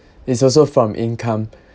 it's also from income